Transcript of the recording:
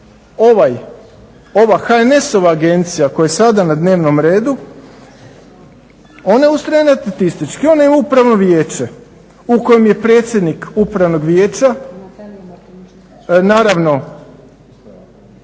Ova HNS-ova agencija koja je sada na dnevnom redu ona je ustrojena etatistički. Ona je upravno vijeće u kojem je predsjednik upravnog vijeća naravno